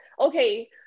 Okay